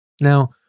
Now